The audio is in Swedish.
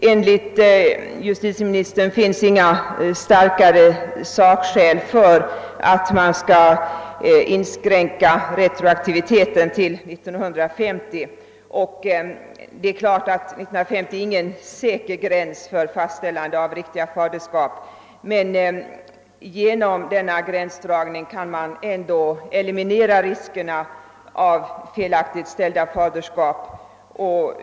Enligt justitieministern finns det inga starka sakskäl för att man skall inskränka retroaktiviteten till 1950. Det är klart att 1950 inte är någon säker gräns för fastställande av riktiga faderskap. Men genom denna gränsdragning kan man ändå eliminera riskerna av felaktigt fastställda faderskap.